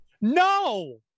No